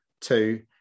Two